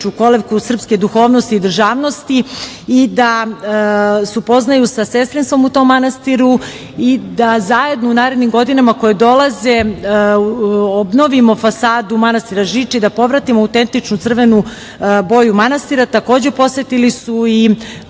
kolevku srpske duhovnosti i državnosti i da se upoznaju sa sestrinstvom u tom manastiru i da zajedno u narednim godinama koje dolaze obnovimo fasadu manastira Žiča i da povratimo autentičnu crvenu boju manastira. Takođe, posetili su i